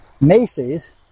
Macy's